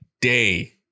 day